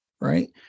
right